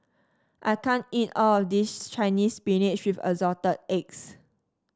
I can't eat all of this Chinese Spinach with Assorted Eggs